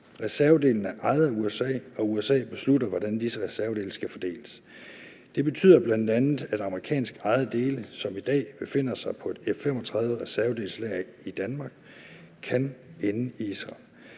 Reservedelene er ejet af USA, og USA beslutter, hvordan disse reservedele skal fordeles. Det betyder bl.a., at amerikansk ejede dele, som i dag befinder sig på et F-35-reservedelslager i Danmark, kan ende i Israel.